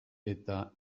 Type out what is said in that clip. eta